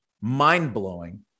mind-blowing